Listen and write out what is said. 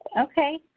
Okay